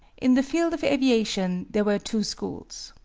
in the field of aviation there were two schools.